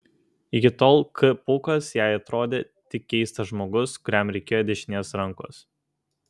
iki tol k pūkas jai atrodė tik keistas žmogus kuriam reikėjo dešinės rankos